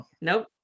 Nope